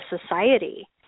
society